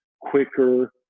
quicker